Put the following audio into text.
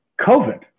COVID